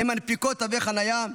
הן מנפיקות תווי חניה.